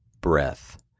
breath